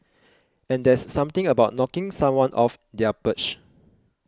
and there's something about knocking someone off their perch